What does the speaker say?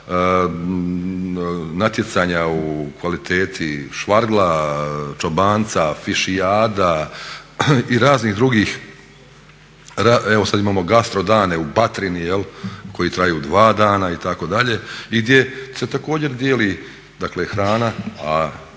natjecanja u kvaliteti švargla, čobanca, fišijada i raznih drugih, evo sada imamo Gastro dane u BAtrini koji traju dva dana itd. i gdje se također dijeli hrana, a